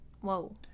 Whoa